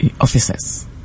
officers